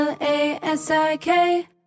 L-A-S-I-K